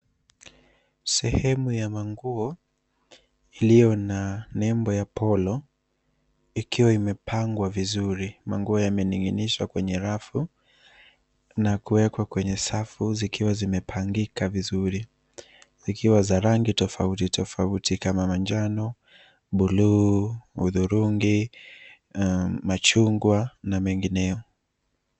Sehemu ya manguo iliyo na nembo ya polo ikiwa imepangwa vizuri. Manguo yamening'inishwa kwenye rafu na kuwekwa kwenye safu zikiwa zimepangika vizuri, zikiwa za rangi tofauti tofauti kama manjano, buluu, hudhurungi, machungwa na mengineyo.